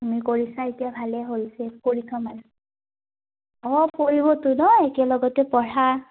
তুমি কৰিছা এতিয়া ভালেই হৈছে কৰি থ'ম আৰু অঁ কৰিবতো ন একেলগতে পঢ়া